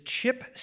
Chip